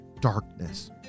darkness